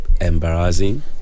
embarrassing